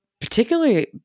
particularly